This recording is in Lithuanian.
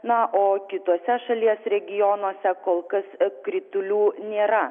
na o kituose šalies regionuose kol kas kritulių nėra